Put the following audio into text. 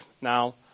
Now